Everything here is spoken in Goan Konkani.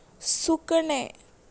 सुकणें